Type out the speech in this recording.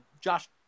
Josh